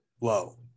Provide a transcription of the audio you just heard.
low